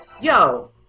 yo